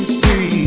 see